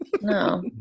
No